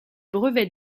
brevet